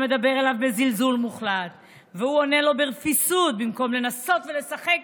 שמדבר אליו בזלזול מוחלט והוא עונה לו ברפיסות במקום לנסות ולשחק